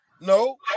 no